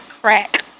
crack